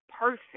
person